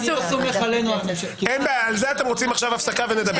על זה אתם רוצים עכשיו הפסקה ולדבר.